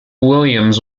williams